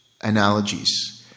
analogies